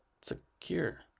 secure